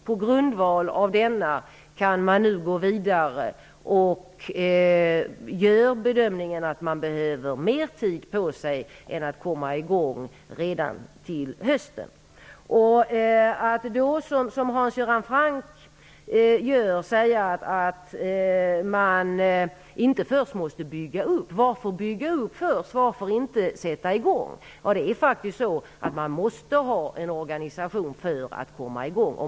På grundval av denna kan man nu gå vidare, och man gör bedömningen att man behöver mer tid på sig än vad som krävs för att komma i gång redan till hösten. Hans Göran Franck frågade varför man först måste bygga upp i stället för att direkt sätta i gång. Det är faktiskt så, att man måste ha en organisation för att komma i gång.